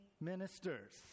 ministers